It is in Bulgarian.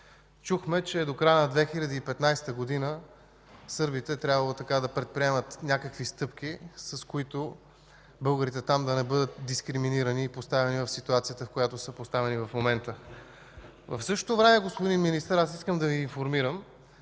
Чухме, че до края на 2015 г. сърбите трябвало да предприемат някакви стъпки, с които българите там да не бъдат дискриминирани и поставяни в ситуацията, в която са поставени в момента. В същото време, господин Министър, искам да Ви информирам,